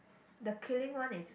the killing one is